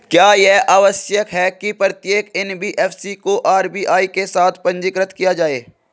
क्या यह आवश्यक है कि प्रत्येक एन.बी.एफ.सी को आर.बी.आई के साथ पंजीकृत किया जाए?